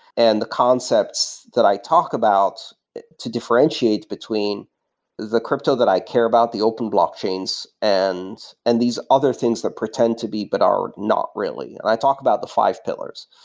and the concepts that i talk about to differentiate between the crypto that i care about, the open blockchains and and these other things that pretend to be, but are not really, and i talk about the five pillars.